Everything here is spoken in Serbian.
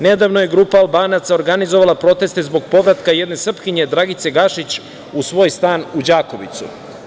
Nedavno je grupa Albanaca organizovala proteste zbog povratka jedne Srpkinje, Dragice Gašić, u svoj stan u Đakovici.